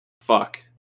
Fuck